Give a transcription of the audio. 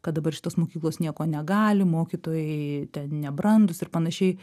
kad dabar šitos mokyklos nieko negali mokytojai ten nebrandūs ir panašiai